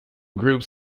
groups